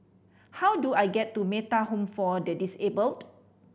how do I get to Metta Home for the Disabled